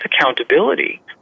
accountability